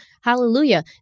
Hallelujah